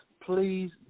please